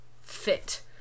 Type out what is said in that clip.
fit